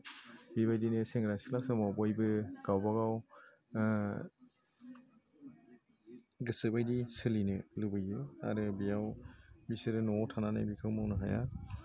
बेबायदिनो सेंग्रा सिख्ला समाव बयबो गावबा गाव गोसोबायदि सोलिनो लुबैयो आरो बेयाव बिसोरो न'आव थानानै बिखौ मावनो हाया